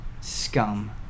scum